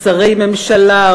שרי ממשלה,